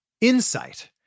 insight